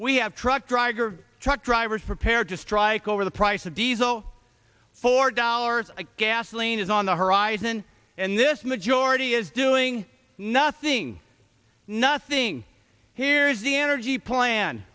have truck driver truck drivers prepared to strike over the price of diesel four dollars gasoline is on the horizon and this majority is doing nothing nothing here is the energy plan